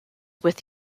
with